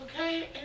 okay